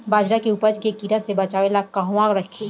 बाजरा के उपज के कीड़ा से बचाव ला कहवा रखीं?